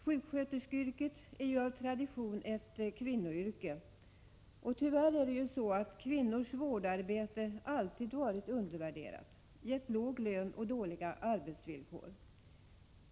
Sjuksköterskeyrket är ju av tradition ett kvinnoyrke, och tyvärr är det ju så att kvinnors vårdarbete alltid har varit undervärderat, gett låg lön och dåliga arbetsvillkor.